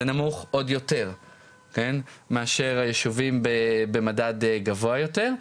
נמוך עוד יותר מאשר היישובים במדד גבוה יותר.